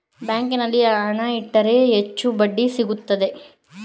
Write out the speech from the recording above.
ಬ್ಯಾಂಕಿನಲ್ಲಿ ಹಣ ಇಟ್ಟರೆ ಹೆಚ್ಚು ಬಡ್ಡಿ ಸಿಗುತ್ತದೆ